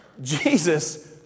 Jesus